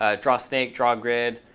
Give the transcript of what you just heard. ah drawsnake, drawgrid,